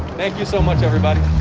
thank you so much, everybody.